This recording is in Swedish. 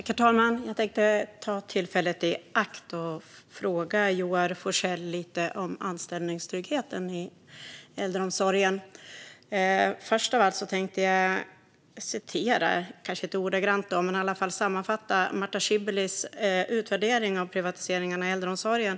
Herr talman! Jag tänkte ta tillfället i akt att fråga Joar Forssell lite om anställningstryggheten i äldreomsorgen. Först av allt tänkte jag citera, eller i alla fall sammanfatta, Marta Szebehelys utvärdering av privatiseringarna i äldreomsorgen.